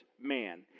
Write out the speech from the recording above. man